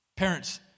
Parents